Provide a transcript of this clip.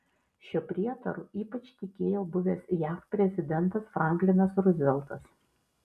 šiuo prietaru ypač tikėjo buvęs jav prezidentas franklinas ruzveltas